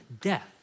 death